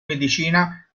medicina